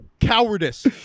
Cowardice